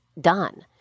done